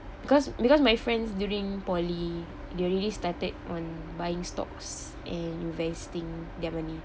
because because my friends during poly they already started on buying stocks and investing their money